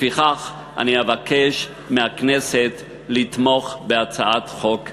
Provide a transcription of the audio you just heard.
לפיכך אבקש מהכנסת לתמוך בהצעת חוק זו.